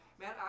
man